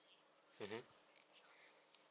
mmhmm